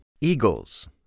Eagles